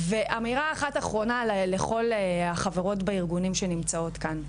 ואמירה אחת אחרונה לכל החברות בארגונים שנמצאות כאן.